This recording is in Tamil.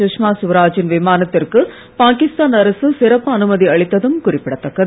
சுஷ்மா ஸ்வரா ஜின் விமானத்திற்கு பாகிஸ்தான் அரசு சிறப்பு அனுமதி அளித்ததும் குறிப்பிடத்தக்கது